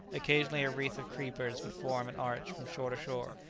occasionally a wreath of creepers would form an arch from shore to shore,